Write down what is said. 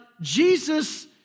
Jesus